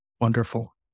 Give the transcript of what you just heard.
Wonderful